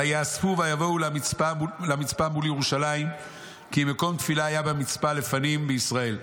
ויאספו ויבואו למצפה מול ירושלים כי מקום תפילה היה במצפה לפנים בישראל.